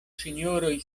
sinjoroj